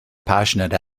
passionate